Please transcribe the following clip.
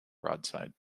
broadside